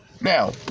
Now